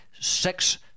sex